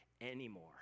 anymore